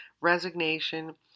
resignation